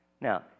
Now